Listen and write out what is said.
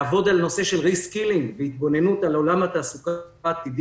לעבוד על נושא של rescaling והתבוננות על עולם התעסוקה העתידי.